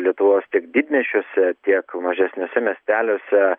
lietuvos tiek didmiesčiuose tiek mažesniuose miesteliuose